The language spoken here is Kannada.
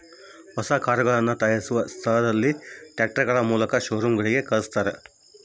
ಹೊಸ ಕರುಗಳನ್ನ ತಯಾರಿಸಿದ ಸ್ಥಳದಿಂದ ಟ್ರಕ್ಗಳ ಮೂಲಕ ಶೋರೂಮ್ ಗಳಿಗೆ ಕಲ್ಸ್ತರ